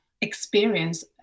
experience